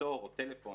כפתור או טלפון